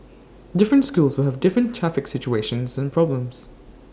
different schools will have different traffic situations and problems